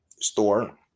store